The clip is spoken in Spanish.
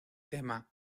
tema